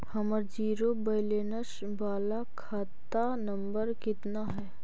हमर zero balance बाला खाता नम्बर कितना है?